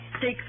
take